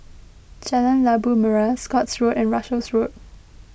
Jalan Labu Merah Scotts Road and Russels Road